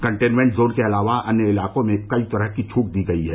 containment zone के अलावा अन्य इलाकों में कई तरह की छूट दी गई हैं